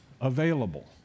available